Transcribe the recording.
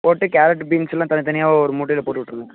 போட்டு கேரட்டு பீன்ஸெல்லாம் தனித்தனியாக ஒரு மூட்டையில் போட்டு விட்ருங்க